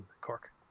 cork